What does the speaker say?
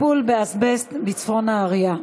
טיפול באזבסט בצפון נהריה.